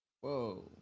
Whoa